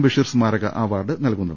ബഷീർ സ്മാരക അവാർഡ് നൽകുന്നത്